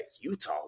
Utah